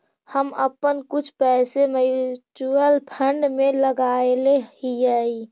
हम अपन कुछ पैसे म्यूचुअल फंड में लगायले हियई